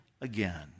again